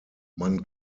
man